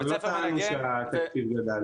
בית הספר המנגנן -- לא טענו שהתקציב גדל.